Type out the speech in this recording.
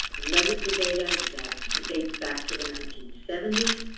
legacy data that dates back to the nineteen seventy